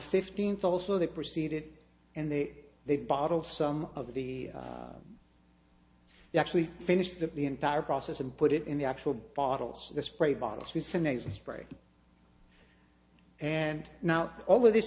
fifteenth also they proceeded and then they bottle some of the actually finished the entire process and put it in the actual bottles the spray bottles use a nasal spray and now all of this